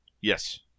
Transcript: Yes